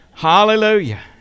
Hallelujah